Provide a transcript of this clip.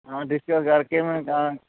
ਹਾਂ ਡਿਸਕਸ ਕਰਕੇ ਮੈਂ